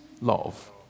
love